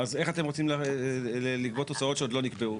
אז איך אתם רוצים לגבות הוצאות שעוד לא נקבעו.